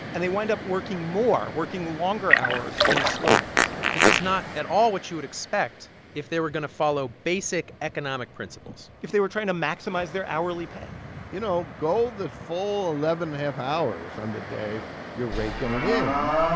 and they wind up working more working longer hours on the slow days this is not at all what you would expect if they were going to follow basic economic principles if they were trying to maximize their hourly pay you know, go the full eleven and a half hours on the day you're raking it in,